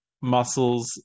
muscles